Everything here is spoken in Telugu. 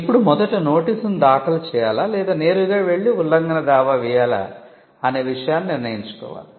ఇప్పుడు మొదట నోటీసును దాఖలు చేయాలా లేదా నేరుగా వెళ్లి ఉల్లంఘన దావా వేయాలా అనే విషయాన్ని నిర్ణయించుకోవాలి